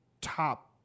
top